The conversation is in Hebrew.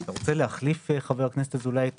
חבר הכנסת אזולאי,